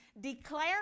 declare